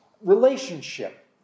relationship